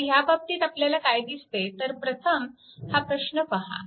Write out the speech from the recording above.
तर ह्या बाबतीत आपल्याला काय दिसते तर प्रथम हा प्रश्न पहा